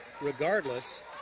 regardless